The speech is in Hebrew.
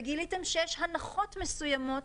וגיליתם שיש הנחות מסוימות,